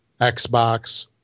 Xbox